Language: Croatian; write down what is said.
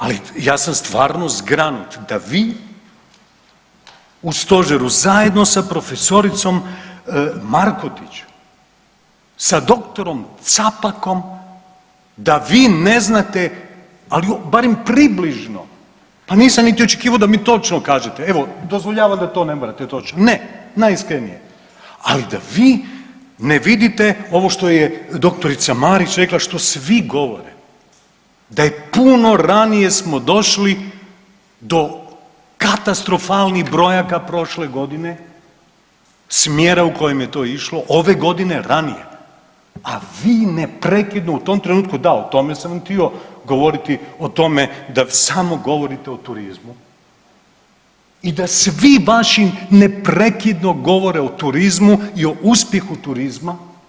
Ali ja sam stvarno zgranut da vi u stožeru zajedno sa profesoricom Markotić, sa doktorom Capakom, da vi ne znate, ali barem približno, pa nisam niti očekivao da mi točno kažete, evo dozvoljavam da to ne morate točno, ne najiskrenije, ali da vi ne vidite ovo što je doktorica Marić rekla, što svi govore da puno ranije smo došli do katastrofalnih brojaka prošle godine iz smjera u kojem je to išlo, ove godine ranije, a vi neprekidno u tom trenutku da o tome sam htio govoriti o tome da samo govorite o turizmu i da svi vaši neprekidno govore o turizmu i o uspjehu turizma.